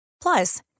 plus